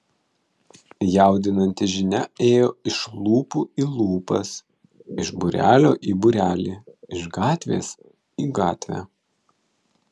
jaudinanti žinia ėjo iš lūpų į lūpas iš būrelio į būrelį iš gatvės į gatvę